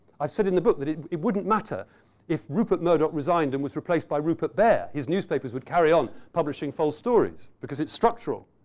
i've said in the book that it wouldn't matter if rupert murdock resigned and was replaced by rupert bear. his newspapers would carry on, publishing false stories because it's structural.